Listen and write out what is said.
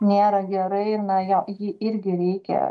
nėra gerai ir na jo jį irgi reikia